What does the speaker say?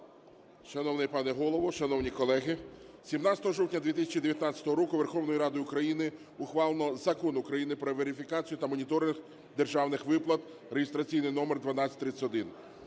Шановний пане Голово, шановні колеги, 17 жовтня 2019 року Верховною Радою України ухвалено Закон України "Про верифікацію та моніторинг державних виплат" (реєстраційний номер 1231).